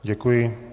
Děkuji.